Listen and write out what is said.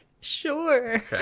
sure